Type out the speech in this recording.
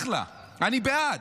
אחלה, אני בעד.